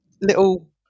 little